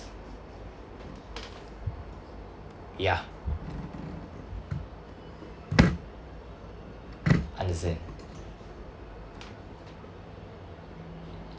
ya understand